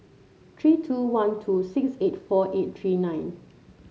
three two one two six eight four eight three nine